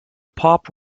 pop